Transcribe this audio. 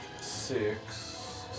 six